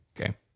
Okay